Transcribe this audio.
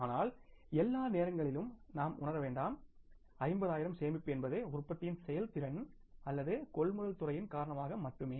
ஆனால் எல்லா நேரங்களிலும் நாம் உணர வேண்டாம் 50 ஆயிரம் சேமிப்பு என்பது உற்பத்தியின் செயல்திறன் அல்லது கொள்முதல் துறையின் காரணமாக மட்டுமே